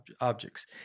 objects